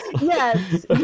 Yes